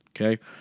okay